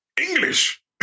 English